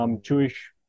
Jewish